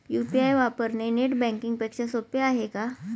UPI वापरणे net banking पेक्षा सोपे आहे का?